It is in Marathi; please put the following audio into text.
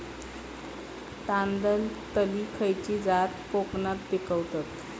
तांदलतली खयची जात कोकणात पिकवतत?